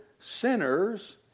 sinners